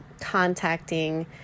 contacting